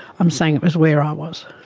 i'm saying it was where i was.